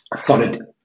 solid